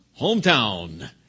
hometown